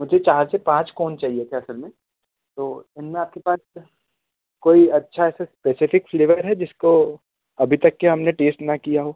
मुझे चार से पाँच कोन चाहिए थे असल में तो इनमें आपके पास कोई अच्छा सा इस्पेसिफ़िक फ़्लेवर है जिसको अभी तक के हमने टेस्ट ना किया हो